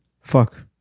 Fuck